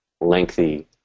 lengthy